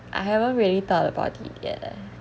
I haven't really thought about it yet leh